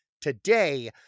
today